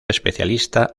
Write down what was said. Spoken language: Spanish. especialista